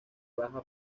baja